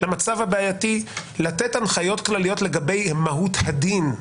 למצב הבעייתי, לתת הנחיות כלליות לגבי מהות הדיון,